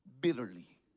bitterly